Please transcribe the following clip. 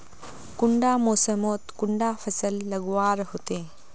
कुंडा मोसमोत कुंडा फसल लगवार होते?